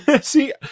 see